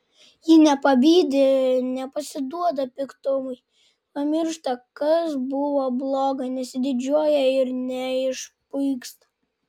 ji nepavydi nepasiduoda piktumui pamiršta kas buvo bloga nesididžiuoja ir neišpuiksta